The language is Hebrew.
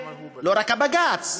לא רק הבג"ץ,